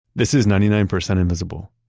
this is ninety nine percent invisible.